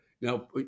now